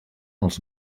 els